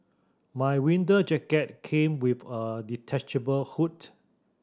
my winter jacket came with a detachable hood